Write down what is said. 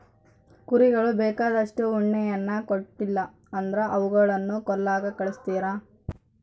ಕುರಿಗಳು ಬೇಕಾದಷ್ಟು ಉಣ್ಣೆಯನ್ನ ಕೊಡ್ಲಿಲ್ಲ ಅಂದ್ರ ಅವುಗಳನ್ನ ಕೊಲ್ಲಕ ಕಳಿಸ್ತಾರ